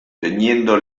teniendo